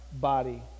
body